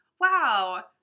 Wow